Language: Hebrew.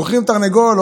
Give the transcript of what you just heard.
מוכרים תרנגול,